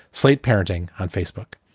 slate parenting on facebook.